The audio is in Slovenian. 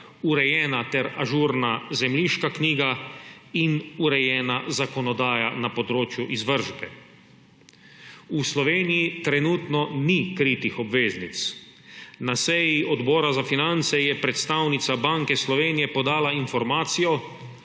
urejena ter ažurna zemljiška knjiga in urejena zakonodaja na področju izvršbe. V Sloveniji trenutno ni kritih obveznic. Na seji Odbora za finance je predstavnica Banke Slovenije podala informacijo,